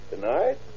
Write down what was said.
Tonight